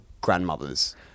grandmothers